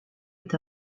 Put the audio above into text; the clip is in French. est